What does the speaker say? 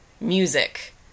music